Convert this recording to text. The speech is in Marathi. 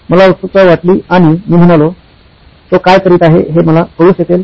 मला उत्सुकता वाटली आणि मी म्हणालो तो काय करीत आहे हे मला कळू शकेल